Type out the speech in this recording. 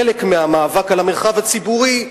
חלק מהמאבק על המרחב הציבורי,